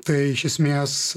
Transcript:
tai iš esmės